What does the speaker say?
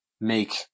make